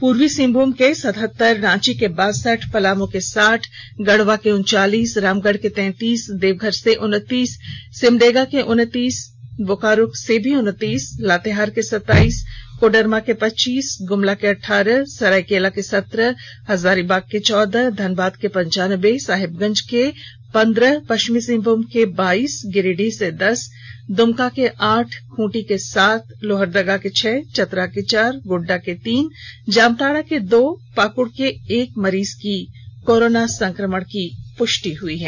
पूर्वी सिंहभूम के सतहत्तर रांची के बासठ पलामू के साठ गढ़वा उनचालीस रामगढ़ के तैंतीस देवघर के उनतीस सिमडेगा के उनतीस बोकारो के उनतीस लातेहार के सत्ताईस कोडरमा के पच्चीस गुमला के अट्ठारह सरायकेला के सत्रह हजारीबाग के चौदह धनबाद के पंचानबे साहेबगंज के पंद्रह पश्चिमी सिंहभुम बाईस गिरिडीह के दस दुमका के आठ खूंटी के सात लोहरदगा के छह चतरा के चार गोड्जा के तीन जामताड़ा के दो पाकुड़ के एक मरीज की कोरोना संक्रमण की पुष्टि हुई है